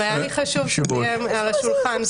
אבל היה לי חשוב שזה יהיה על השולחן.